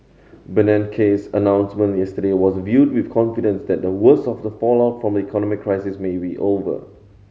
Bernanke's announcement yesterday was viewed with confidence that the worst of the fallout from the economic crisis may be over